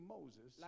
Moses